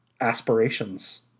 aspirations